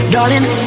Darling